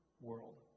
world